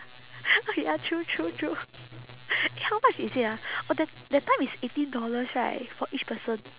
okay ya true true true eh how much is it ah oh that that time is eighteen dollars right for each person